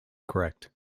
correct